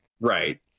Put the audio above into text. Right